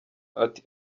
ati